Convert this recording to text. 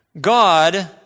God